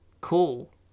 cool